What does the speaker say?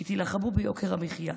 שתילחמו ביוקר המחיה,